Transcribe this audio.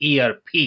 ERP